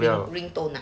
ringtone ah